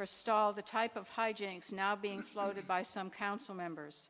forestall the type of high jinks now being floated by some council members